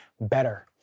better